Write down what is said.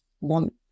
want